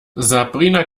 sabrina